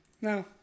No